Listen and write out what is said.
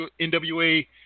NWA